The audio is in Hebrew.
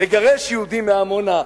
לגרש יהודים מעמונה,